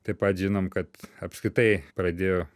taip pat žinom kad apskritai pradėjo